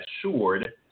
assured